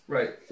Right